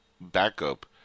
backup